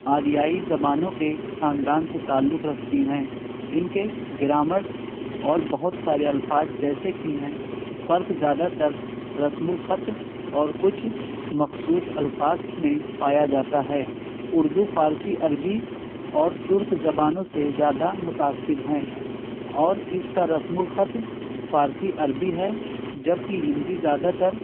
آریائی زبانوں کے خاندان سے تعلق رکھتی ہیں ان کے گرامر اور بہت سارے الفاظ جیسے کہ ہیں فرق زیادہ تر رسم الخط اور کچھ مخصوص الفاظ میں پایا جاتا ہے اردو فارسی عربی اور ترک زبانوں سے زیادہ متاثر ہیں اور اس کا رسم الخط فارسی عربی ہے جبکہ ہندی زیادہ تر